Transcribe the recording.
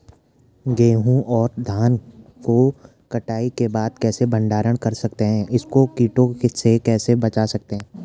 गेहूँ और धान को कटाई के बाद कैसे भंडारण कर सकते हैं इसको कीटों से कैसे बचा सकते हैं?